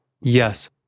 yes